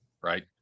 right